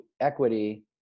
equity